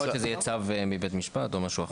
יכול להיות שזה יהיה צו מבית משפט או משהו אחר.